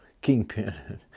Kingpin